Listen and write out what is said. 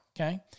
Okay